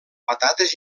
patates